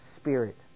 Spirit